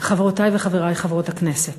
חברותי וחברי חברות הכנסת,